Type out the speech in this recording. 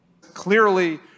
Clearly